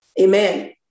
Amen